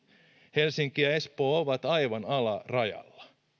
helsinki ja ja espoo ovat aivan alarajalla